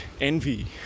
envy